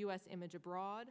u s image abroad